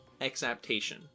exaptation